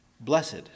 blessed